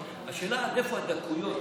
השאלה עד איפה הדקויות,